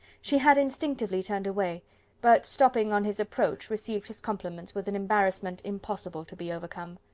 she had instinctively turned away but stopping on his approach, received his compliments with an embarrassment impossible to be overcome.